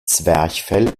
zwerchfell